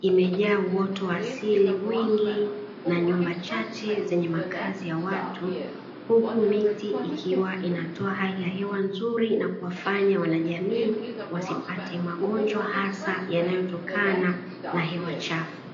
imejaa uoto wa asili mwingi, na nyumba chache zenye makazi ya watu, huku miti ikiwa inatoa hali ya hewa nzuri na kuwafanya wanajamii wasipate magonjwa hasa yanayotokana na hewa chafu.